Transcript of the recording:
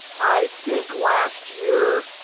i think last year,